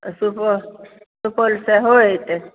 सुपौल सेहो एतय